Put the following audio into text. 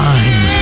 Time